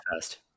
fast